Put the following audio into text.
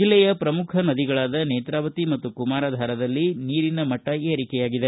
ಜಿಲ್ಲೆಯ ಶ್ರಮುಖ ನದಿಗಳಾದ ನೇತ್ರಾವತಿ ಮತ್ತು ಕುಮಾರಾಧಾರದಲ್ಲಿ ನೀರಿನ ಮಟ್ಟ ಏರಿಕೆಯಾಗಿದೆ